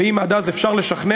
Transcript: ואם עד אז אפשר לשכנע,